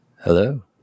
hello